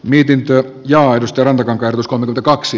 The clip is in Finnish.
mietintö johdosten rangers kolme kaksi